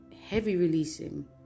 heavy-releasing